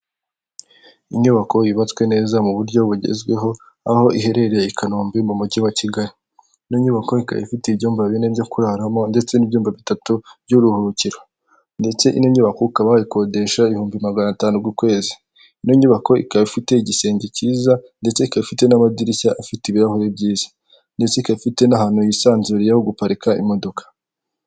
Inyubako yubatswe neza mu buryo bugezweho, aho iherereye i Kanombe mu mujyi wa Kigali, ino nyubako ikaba ifite ibyumba bine byo kuraramo ndetse n'ibyumba bitatu by'uburuhukiro ndetse ino nyubako ukaba wayikodesha ibihumbi magana atanu ku kwezi, ino nyubako ikaba ifite igisenge cyiza ndetse ikaba ifite n'amadirishya afite ibirahuri byiza ndetse ikaba ifite n'ahantu hisanzuye ho guparika imodoka.